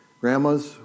Grandmas